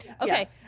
Okay